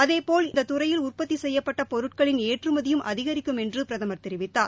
அதேபோல் இந்த துறையில் உற்பத்தி செய்யப்பட்ட பொருட்களின் ஏற்றுமதியும் அதிகிக்கும் என்று பிரதமர் தெரிவித்தார்